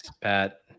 Pat